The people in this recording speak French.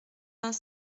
vingt